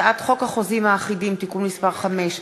הצעת חוק החוזים האחידים (תיקון מס' 5),